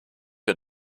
wir